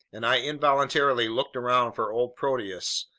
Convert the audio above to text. and i involuntarily looked around for old proteus,